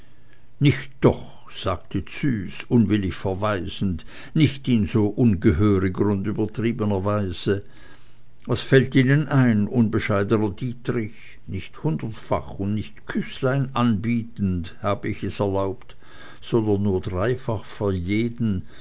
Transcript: nicht doch sagte züs unwillig verweisend nicht in so ungehöriger und übertriebener weise was fällt ihnen denn ein unbescheidener dietrich nicht hundertfach und nicht küßlein anbietend habe ich es erlaubt sondern nur dreifach für jeden